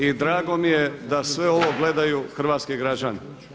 I drago mi je da sve ovo gledaju hrvatski građani.